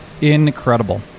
Incredible